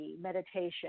meditation